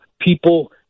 people